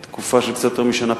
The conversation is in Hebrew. בתקופה של קצת יותר משנה,